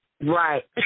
Right